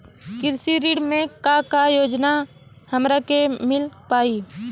कृषि ऋण मे का का योजना हमरा के मिल पाई?